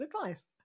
advice